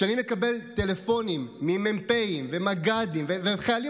כשאני מקבל טלפונים ממ"פים ומג"דים וחיילים